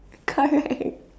correct